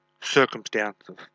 circumstances